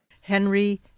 Henry